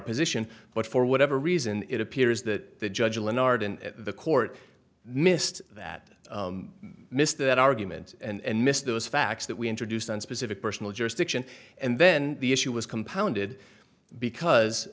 position but for whatever reason it appears that the judge lennart and the court missed that missed that argument and missed those facts that we introduced on specific personal jurisdiction and then the issue was compounded because